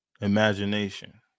imagination